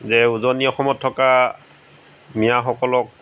যে উজনি অসমত থকা মিঞাসকলক